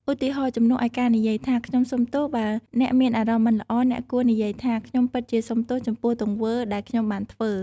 ឧទាហរណ៍ ជំនួសឱ្យការនិយាយថា ខ្ញុំសុំទោសបើអ្នកមានអារម្មណ៍មិនល្អ អ្នកគួរនិយាយថា ខ្ញុំពិតជាសុំទោសចំពោះទង្វើ ដែលខ្ញុំបានធ្វើ។